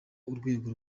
urwego